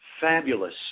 fabulous